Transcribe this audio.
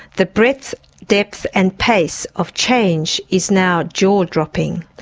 the breadth, depth and pace of change is now jaw-dropping.